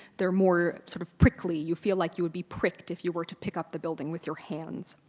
they're more sort of prickly. you feel like you would be pricked if you were to pick up the building with your hands.